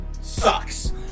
sucks